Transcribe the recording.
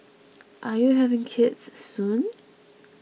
are you having kids soon